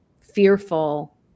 fearful